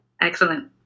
Excellent